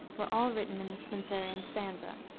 were all written in the spenserian stanza.